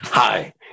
Hi